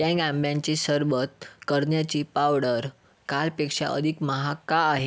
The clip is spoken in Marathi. टँग आंब्यांचे सरबत करण्याची पावडर कालपेक्षा अधिक महाग का आहे